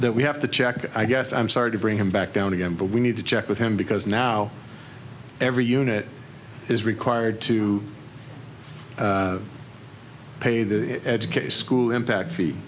we have to check i guess i'm sorry to bring him back down again but we need to check with him because now every unit is required to pay the educate school impact fee